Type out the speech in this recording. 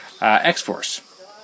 X-Force